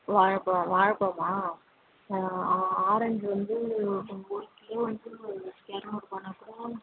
வாழைப்பழம் வாழைப்பழமா ஆ ஆரஞ்சு வந்து ஒரு கிலோ வந்து இரநூறுபானா கூட